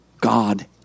God